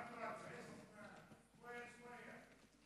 שוואיה-שוואיה.